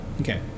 okay